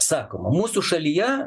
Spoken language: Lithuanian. sakoma mūsų šalyje